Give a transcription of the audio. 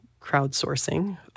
crowdsourcing